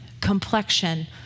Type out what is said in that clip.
complexion